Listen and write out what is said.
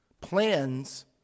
Plans